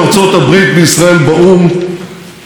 הברית חזקה מאי-פעם.